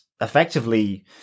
effectively